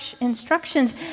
instructions